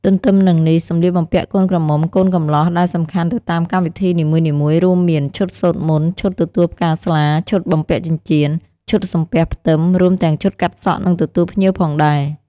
ទន្ទឹមនឹងនេះ សម្លៀកបំពាក់កូនក្រមុំកូនកម្លោះដែលសំខាន់ទៅតាមកម្មវិធីនីមួយៗរួមមាន ឈុតសូត្រមន្ត ឈុតទទួលផ្កាស្លា ឈុតបំពាក់ចិញ្ចៀន ឈុតសំពះផ្ទឹម រួមទាំងឈុតកាត់សក់ និងទទួលភ្ញៀវផងដែរ។